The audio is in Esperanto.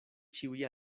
ĉiuj